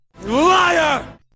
Liar